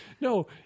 no